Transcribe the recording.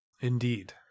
Indeed